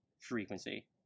frequency